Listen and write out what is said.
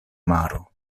maro